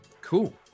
Cool